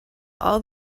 all